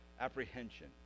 apprehension